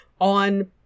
on